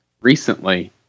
recently